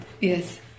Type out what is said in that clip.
Yes